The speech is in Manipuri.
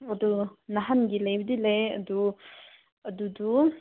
ꯑꯗꯨ ꯅꯍꯥꯟꯒꯤ ꯂꯩꯕꯨꯗꯤ ꯂꯩꯌꯦ ꯑꯗꯨ ꯑꯗꯨꯗꯨ